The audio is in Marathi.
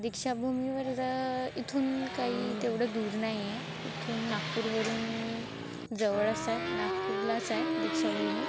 दीक्षाभूमीवर इथून काही तेवढं दूर नाही आहे इथून नागपूरवरून जवळच आहे नागपूरलाच आहे दीक्षाभूमी